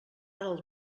del